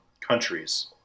countries